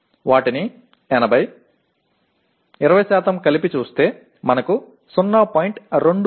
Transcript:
அவற்றை 80 20 உடன் இணைத்தால் நமக்கு 0